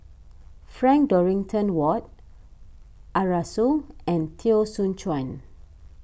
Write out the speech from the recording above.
Frank Dorrington Ward Arasu and Teo Soon Chuan